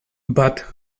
but